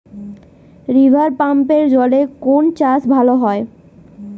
রিভারপাম্পের জলে কোন চাষ ভালো হবে?